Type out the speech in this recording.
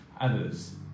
others